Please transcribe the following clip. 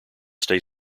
stay